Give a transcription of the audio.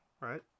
right